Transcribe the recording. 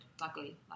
Luckily